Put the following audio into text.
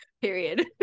Period